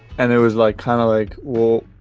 and there was like, kind of like, well,